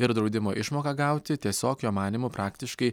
ir draudimo išmoką gauti tiesiog jo manymu praktiškai